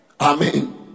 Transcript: Amen